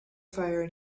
fire